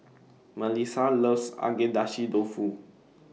Mellissa loves Agedashi Dofu